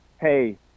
hey